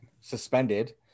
suspended